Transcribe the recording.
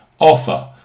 offer